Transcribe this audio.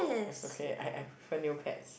it's okay I I prefer Neopets